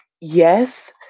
yes